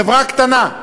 חברה קטנה,